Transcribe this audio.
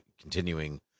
continuing